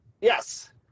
Yes